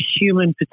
human